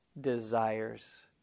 desires